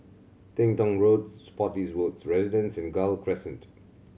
Teng Tong Road Spottiswoode Residences and Gul Crescent